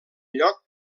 lloc